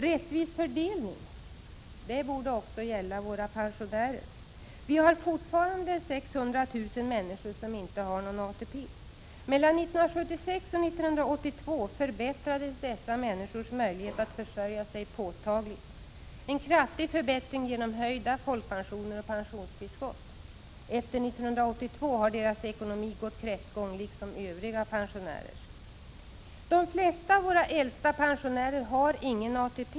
Rättvis fördelning borde också gälla våra pensionärer. Vi har fortfarande 600 000 människor som inte har någon ATP. Mellan 1976 och 1982 förbättrades påtagligt dessa människors möjlighet att försörja sig. De fick en kraftig förbättring genom höjd folkpension och pensionstillskott. Efter 1982 har deras ekonomi gått kräftgång liksom övriga pensionärers. De flesta av våra äldsta pensionärer har ingen ATP.